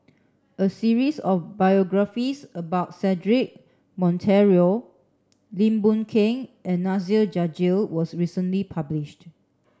a series of biographies about Cedric Monteiro Lim Boon Keng and Nasir Jalil was recently published